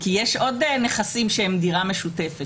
כי יש עוד נכסים שהם דירה משותפת.